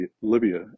Libya